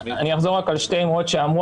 אני אחזור על שתי נקודות שעלו,